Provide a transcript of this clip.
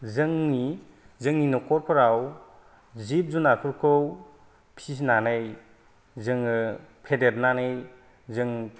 जोंनि जोंनि न'खरफोराव जिब जुनादफोरखौ फिसिनानै जोङो फेदेरनानै जों